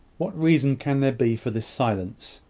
what reason can there be for this silence?